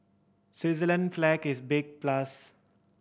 Switzerland flag is a big plus